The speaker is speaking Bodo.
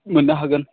मोननो हागोन